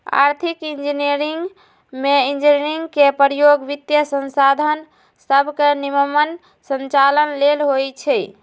आर्थिक इंजीनियरिंग में इंजीनियरिंग के प्रयोग वित्तीयसंसाधन सभके के निम्मन संचालन लेल होइ छै